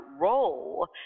role